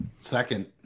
second